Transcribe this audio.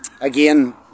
again